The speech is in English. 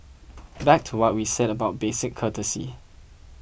back to what we said about basic courtesy